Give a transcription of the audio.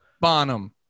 Bonham